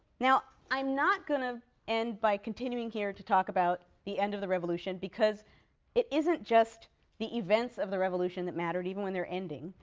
now, i'm not going to end by continuing here to talk about the end of the revolution, because it isn't just the events of the revolution that mattered, even when they're ending.